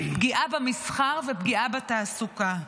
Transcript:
פגיעה במסחר ופגיעה בתעסוקה.